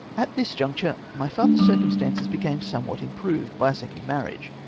at this juncture, my father's circumstances became somewhat improved by a second marriage,